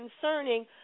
concerning